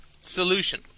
solution